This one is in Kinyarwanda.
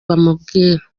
bamubwira